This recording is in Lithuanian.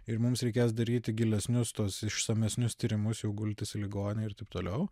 ir mums reikės daryti gilesnius tuos išsamesnius tyrimus jau gultis į ligoninę ir taip toliau